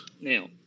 Now